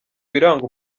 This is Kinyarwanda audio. biranga